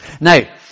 Now